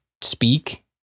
speak